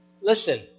Listen